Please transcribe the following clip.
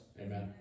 Amen